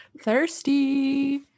thirsty